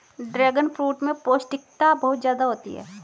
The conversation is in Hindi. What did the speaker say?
ड्रैगनफ्रूट में पौष्टिकता बहुत ज्यादा होती है